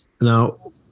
Now